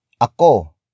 ako